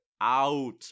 out